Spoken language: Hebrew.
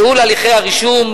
ייעול הליכי הרישום,